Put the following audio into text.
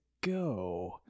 go